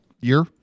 Year